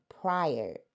prior